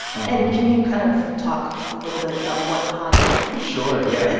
and can you kind of talk a little bit about what han is. sure, yeah.